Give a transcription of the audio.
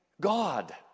God